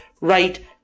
right